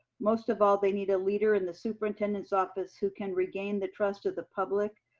most of all, they need a leader in the superintendent's office who can regain the trust of the public.